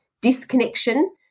disconnection